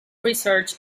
research